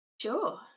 Sure